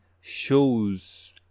show's